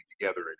together